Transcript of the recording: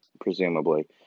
presumably